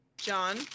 John